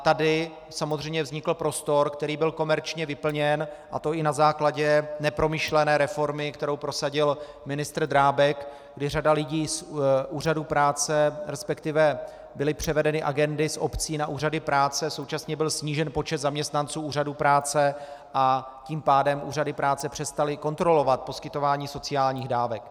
Tady samozřejmě vznikl prostor, který byl komerčně vyplněn, a to i na základě nepromyšlené reformy, kterou prosadil ministr Drábek, kdy řada lidí z úřadů práce, respektive byly převedeny agendy z obcí na úřady práce, současně byl snížen počet zaměstnanců úřadů práce, a tím pádem úřady práce přestaly kontrolovat poskytování sociálních dávek.